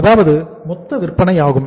அதாவது இது மொத்த விற்பனை ஆகும்